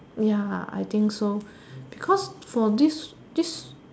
ya I think so because for this this